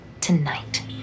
Tonight